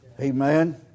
Amen